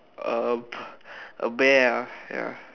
uh a bear ah ya